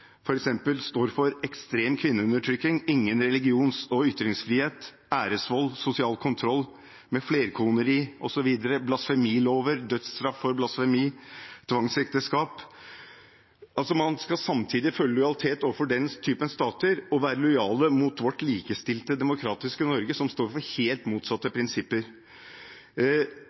står for ekstrem kvinneundertrykking, ingen religions- og ytringsfrihet, æresvold, sosial kontroll, flerkoneri, blasfemilover, dødsstraff for blasfemi, tvangsekteskap osv. Man skal føle lojalitet overfor den type stater og samtidig være lojal mot vårt likestilte, demokratiske Norge, som står for helt motsatte prinsipper.